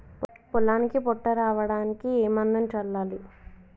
పొలానికి పొట్ట రావడానికి ఏ మందును చల్లాలి?